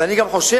ואני גם חושב